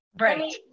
right